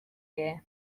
gear